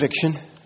conviction